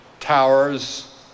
Towers